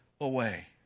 away